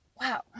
wow